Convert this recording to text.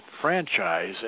franchise